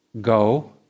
Go